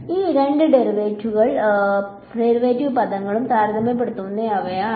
ഈ രണ്ട് ഡെറിവേറ്റീവ് പദങ്ങളും താരതമ്യപ്പെടുത്താവുന്നവയാണ്